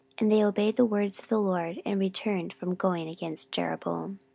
and they obeyed the words of the lord, and returned from going against jeroboam.